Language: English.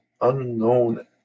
unknown